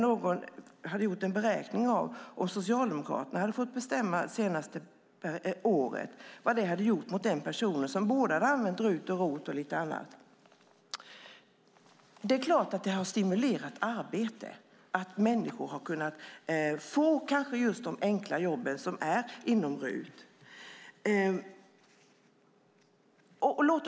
Någon hade gjort en beräkning av vad det skulle ha inneburit för den person som använt RUT och ROT-avdrag och lite annat om Socialdemokraterna under det senaste året hade fått bestämma. Att människor har kunnat få just de kanske enkla jobben inom RUT-området har självklart stimulerat till arbete.